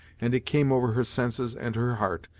and it came over her senses and her heart,